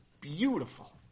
beautiful